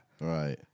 Right